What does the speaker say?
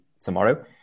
tomorrow